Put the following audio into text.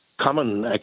common